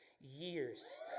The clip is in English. years